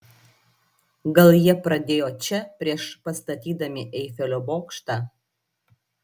gal jie pradėjo čia prieš pastatydami eifelio bokštą